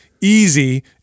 easy